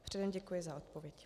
Předem děkuji za odpověď.